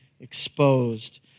exposed